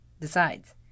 decides